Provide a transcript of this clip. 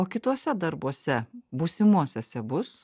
o kituose darbuose būsimuosiuose bus